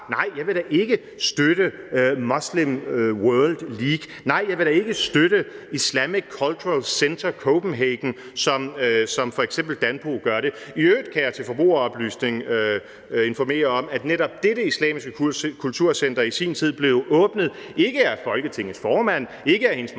nej, jeg vil da ikke støtte Muslim World League, og at nej, jeg vil da ikke støtte Islamic Cultural Center Copenhagen, som f.eks. Danpo gør det – i øvrigt kan jeg til forbrugeroplysning informere om, at netop dette islamiske kulturcenter i sin tid blev åbnet ikke af Folketingets formand, ikke af Hendes Majestæt